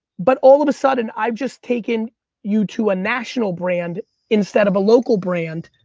but, all of a sudden, i've just taken you to a national brand instead of a local brand.